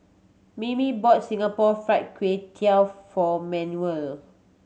Mimi brought Singapore Fried Kway Tiao for Manuel